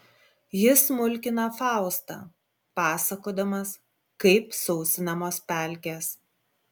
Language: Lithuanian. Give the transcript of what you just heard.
jis mulkina faustą pasakodamas kaip sausinamos pelkės